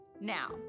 Now